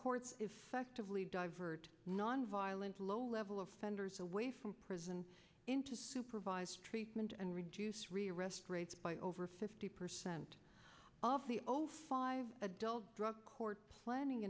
courts effectively divert nonviolent low level of spenders away from prison into supervised treatment and reduced rearrest rates by over fifty percent of the old adult drug court planning